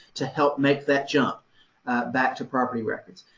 to help make that jump back to property records.